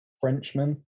Frenchman